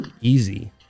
easy